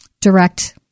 direct